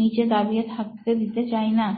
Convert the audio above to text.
নিচে দাবিয়ে থাকতে দিতে চাই না